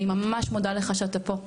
אני ממש מודה לך שאתה פה,